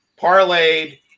parlayed